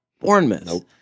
Bournemouth